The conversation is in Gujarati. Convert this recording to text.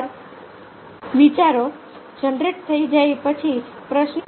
એકવાર વિચારો જનરેટ થઈ જાય પછી પ્રશ્ન